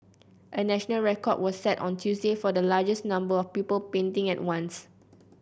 a national record was set on Tuesday for the largest number of people painting at once